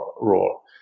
role